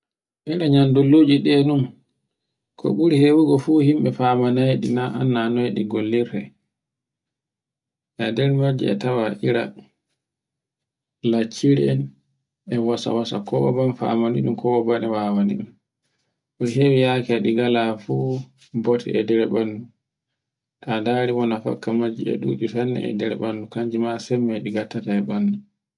ene nyandolloji ɗe nun, ko ɓuri hewugo fu himɓe famanayɗi na annda noye ɗi gollirta. E nder majji a tawa ira lacciri en, e wasawasa ko ba banfamini ɗun ko baɗe wawani on ko hewi yadu e ɗi ngala fu bote e nder ɓandu. Ta ndari hono fakka majji e ɗuɗi sanne e nder ɓandu. kanji ma sembe ɗi ngattata e nder ɓandu.